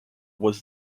was